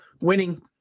winning